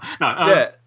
No